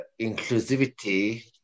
inclusivity